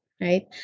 right